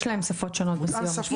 יש להם שפות שונות בסיוע המשפטי.